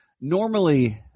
normally